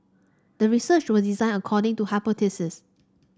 the research was designed according to hypothesis